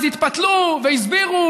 אז התפתלו והסבירו,